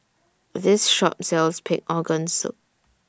This Shop sells Pig'S Organ Soup